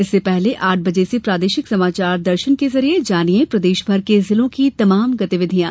इससे पहले आठ बजे से प्रादेशिक समाचार दर्शन के जरिए जानिये प्रदेशभर के जिलों की तमाम गतिविधियां